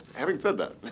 having said that,